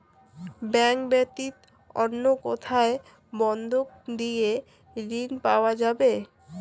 Bank ব্যাতীত অন্য কোথায় বন্ধক দিয়ে ঋন পাওয়া যাবে?